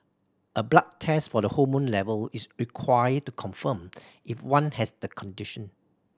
a blood test for the hormone level is required to confirm if one has the condition